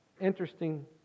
interesting